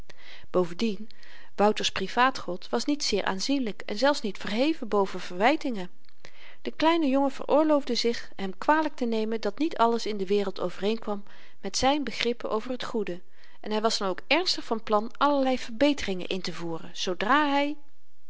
bovendien wouters privaatgod was niet zeer aanzienlyk en zelfs niet verheven boven verwytingen de kleine jongen veroorloofde zich hem kwalyk te nemen dat niet alles in de wereld overeenkwam met zyn begrippen over t goede en hy was dan ook ernstig van plan allerlei verbeteringen intevoeren zoodra